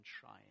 trying